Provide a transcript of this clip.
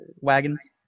wagons